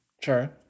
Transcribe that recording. Sure